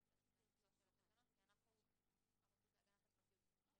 חלק מהנושא של התקנות כי אנחנו הרשות להגנת הפרטיות.